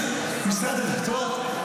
משרד הדתות,